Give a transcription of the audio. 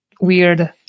weird